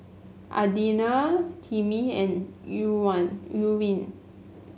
Adina Timmie and Irwin